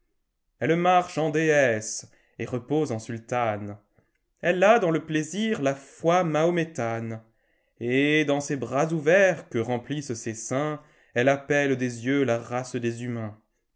tlle marche en déesse et repose en sultane elle a dans le plaisir la foi mahométane et dans ses bras ouverts que remplissent ses seins elle appelle des yeux la race des humains